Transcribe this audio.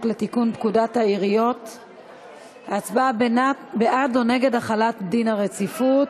לתיקון פקודת העיריות (מס' 138). ההצבעה בעד או נגד החלת דין הרציפות,